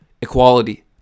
equality